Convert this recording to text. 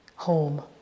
home